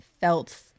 felt